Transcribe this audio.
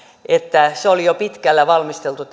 tämä tilanne oli jo pitkälle valmisteltu